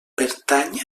pertany